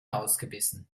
ausgebissen